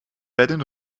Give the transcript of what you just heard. werden